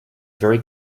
very